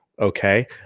Okay